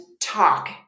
talk